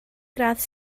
gradd